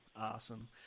Awesome